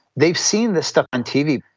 they've seen this stuff on tv.